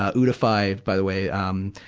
ah ootify, by the way, um,